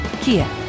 Kia